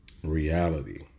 Reality